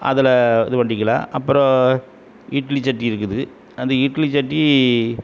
அதில் இது பண்ணிக்கிலாம் அப்புறம் இட்லிச்சட்டி இருக்குது அந்த இட்லிச்சட்டி